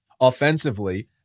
offensively